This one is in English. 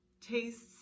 tastes